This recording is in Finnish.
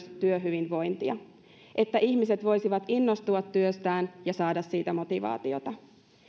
työhyvinvointia että ihmiset voisivat innostua työstään ja saada siitä motivaatiota